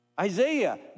Isaiah